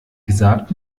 gesagt